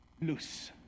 loose